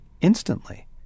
instantly